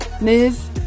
move